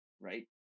right